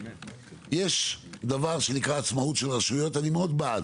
יש דבר שנקרא עצמאות הרשויות, ואני מאוד בעד,